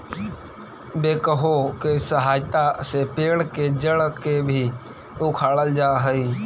backhoe के सहायता से पेड़ के जड़ के भी उखाड़ल जा हई